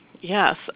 Yes